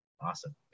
Awesome